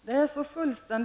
Fru talman!